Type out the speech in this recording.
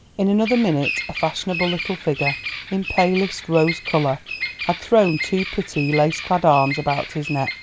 in another minute a fashionable little figure in palest rose-colour had thrown two pretty lace-clad arms about his neck.